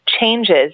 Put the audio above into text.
changes